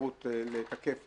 אפשרות לתקף